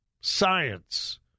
science